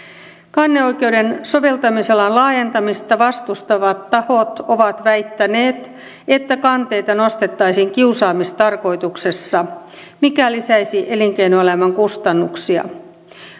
kanneoikeuden soveltamisalan laajentamista vastustavat tahot ovat väittäneet että kanteita nostettaisiin kiusaamistarkoituksessa mikä lisäisi elinkeinoelämän kustannuksia